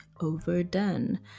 overdone